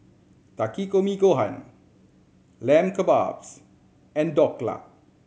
Takikomi Gohan Lamb Kebabs and Dhokla